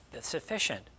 sufficient